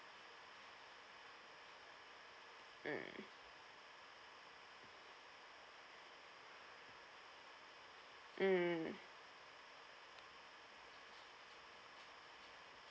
mm